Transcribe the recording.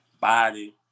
body